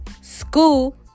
school